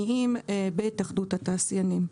ובינוניים בהתאחדות התעשיינים.